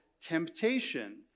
temptation